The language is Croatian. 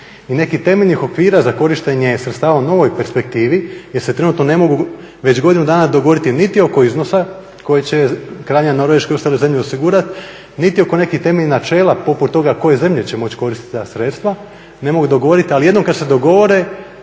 i nekih temeljnih okvira za korištenje sredstava u novoj perspektivi jer se trenutno ne mogu već godinu dana dogovoriti niti oko iznosa koji će krajnje Norveška i ostale zemlje osigurat, niti oko nekih temeljnih načela poput toga koje zemlje će moći koristit ta sredstva ne mogu dogovorit ali jednom kad se dogovore